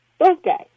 okay